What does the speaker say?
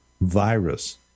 Virus